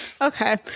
Okay